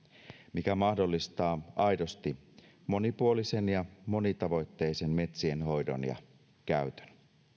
mikä mahdollistaa aidosti monipuolisen ja monitavoitteisen metsien hoidon ja käytön